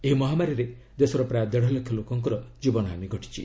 ଏହି ମହାମାରୀରେ ଦେଶର ପ୍ରାୟ ଦେଢ଼ଲକ୍ଷ ଲୋକଙ୍କର ଜୀବନହାନୀ ଘଟିଛି